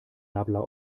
nabla